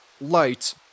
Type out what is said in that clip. light